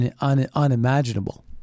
unimaginable